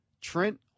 Trent